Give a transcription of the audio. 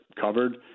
covered